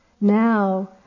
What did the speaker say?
Now